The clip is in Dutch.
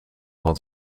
van